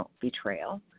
betrayal